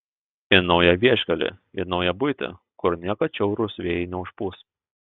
į naują vieškelį į naują buitį kur niekad šiaurūs vėjai neužpūs